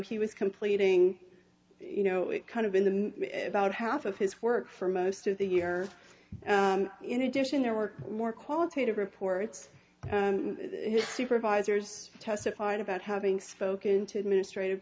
he was completing you know it kind of in the about half of his work for most of the year in addition there were more qualitative reports supervisors testified about having spoken to administrat